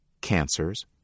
cancers